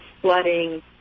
flooding